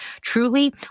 Truly